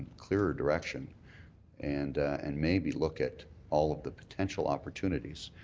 clearer direction and and maybe look at all of the potential opportunities.